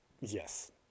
Yes